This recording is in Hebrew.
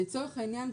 לצורך העניין,